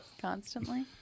Constantly